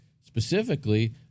Specifically